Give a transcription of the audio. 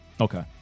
Okay